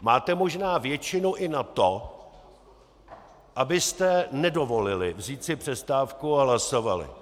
Máte možná většinu i na to, abyste nedovolili vzít si přestávku a hlasovali.